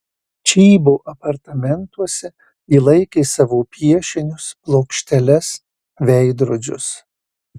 čybo apartamentuose ji laikė savo piešinius plokšteles veidrodžius